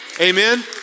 Amen